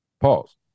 Pause